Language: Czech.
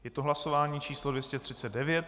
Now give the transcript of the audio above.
Je to hlasování číslo 239.